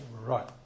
Right